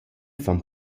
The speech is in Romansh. fan